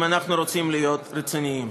אם אנחנו רוצים להיות רציניים.